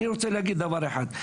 אני רוצה להגיד דבר אחד.